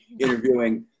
interviewing